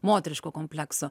moteriškų kompleksų